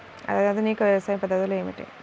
ఆధునిక వ్యవసాయ పద్ధతులు ఏమిటి?